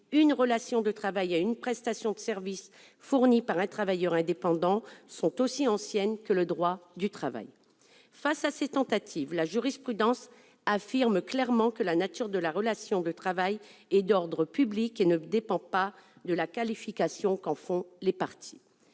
une relation de travail à une prestation de services fournie par un travailleur indépendant sont aussi anciennes que le droit du travail. Face à ces tentatives, la jurisprudence affirme clairement que la nature de la relation de travail est d'ordre public et ne dépend pas de la qualification qu'en font les parties.